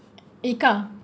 Yikah